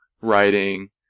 writing